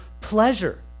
pleasure